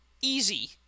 easy